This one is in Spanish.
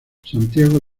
santiago